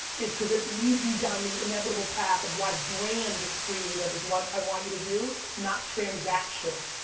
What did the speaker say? is because it leads you down the inevitable path of why brand creative is what i want you to do, not transactional.